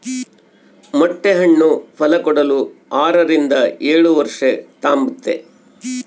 ಮೊಟ್ಟೆ ಹಣ್ಣು ಫಲಕೊಡಲು ಆರರಿಂದ ಏಳುವರ್ಷ ತಾಂಬ್ತತೆ